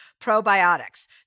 probiotics